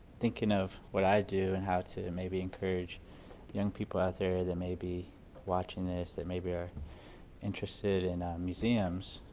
thinking of what i do and how to and maybe encourage young people out there there may be watching this, that maybe are interested in museums,